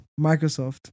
Microsoft